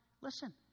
Listen